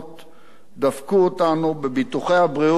דפקו אותנו בביטוחי הבריאות, בפנסיה,